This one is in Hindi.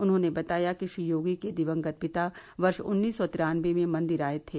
उन्हॉने बताया कि श्री योगी के दिवंगत पिता वर्ष उन्नीस सौ तिरानबे में मंदिर आए थे